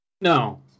no